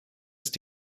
ist